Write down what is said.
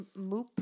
Moop